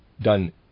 done